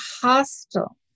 hostile